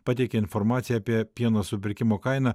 pateikė informaciją apie pieno supirkimo kainą